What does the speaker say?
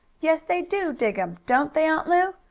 yes they do dig em don't they, aunt lu?